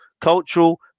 cultural